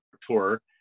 tour